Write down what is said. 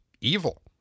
evil